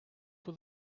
for